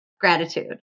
Gratitude